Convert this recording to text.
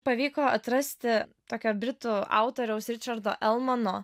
pavyko atrasti tokią britų autoriaus ričardo elmano